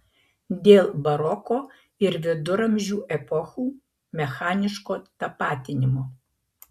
dėl baroko ir viduramžių epochų mechaniško tapatinimo